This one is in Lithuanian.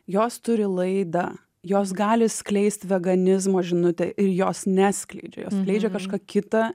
jos turi laidą jos gali skleist veganizmą žinutę ir jos neskleidžia jos skleidžia kažką kita